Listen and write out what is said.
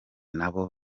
n’abo